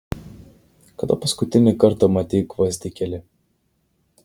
kada paskutinį kartą matei gvazdikėlį